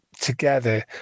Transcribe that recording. together